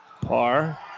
Par